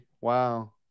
Wow